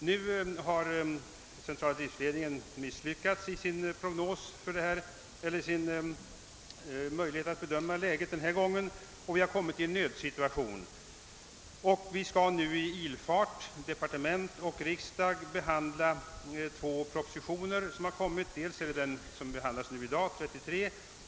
Nu har centrala driftledningen haft sämre möjligheter att bedöma läget, och vi har kommit i en nödsituation. Vi har nu — departement och riksdag — i ilfart måst behandla denna fråga. Två propositioner har framlagts, dels proposition 33, som behandlas i dag, dels proposition 48.